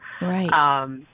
Right